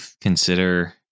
consider